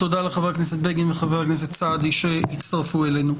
תודה לחבר הכנסת בגין ולחבר הכנסת סעדי שהצטרפו אלינו.